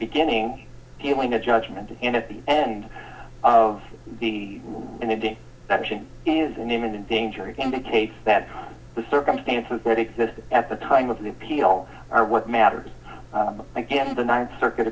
beginning feeling a judgment and at the end of the and the day that she is in imminent danger indicates that the circumstances that exist at the time of the appeal are what matters again the th circuit